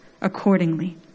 accordingly